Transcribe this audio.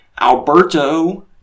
Alberto